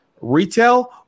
retail